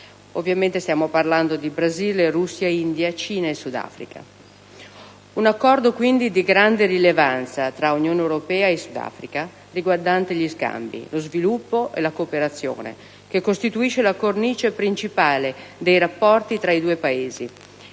economica e dello sviluppo (Brasile, Russia, India, Cina e Sud Africa). Un Accordo di grande rilevanza tra Unione europea e Sud Africa riguardante gli scambi, lo sviluppo e la cooperazione, che costituisce la cornice principale dei rapporti trai due Paesi,